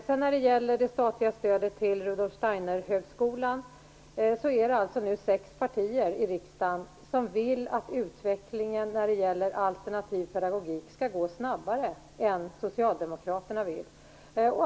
Beträffande det statliga stödet till Rudolf Steinerhögskolan är det nu sex partier i riksdagen som vill att utvecklingen när det gäller alternativ pedagogik skall gå snabbare än Socialdemokraterna vill.